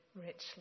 richly